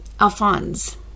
Alphonse